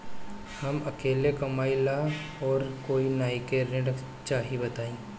हम अकेले कमाई ला और कोई नइखे ऋण चाही बताई?